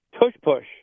tush-push